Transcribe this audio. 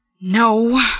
No